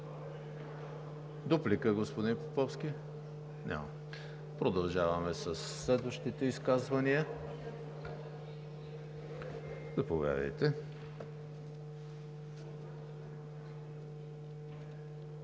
Дуплика, господин Поповски? Нямате. Продължаваме със следващите изказвания. Заповядайте.